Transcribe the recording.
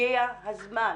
הגיע הזמן,